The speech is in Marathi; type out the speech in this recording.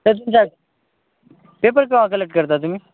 तर तुमच्या पेपर केव्हा कलेक्ट करता तुम्ही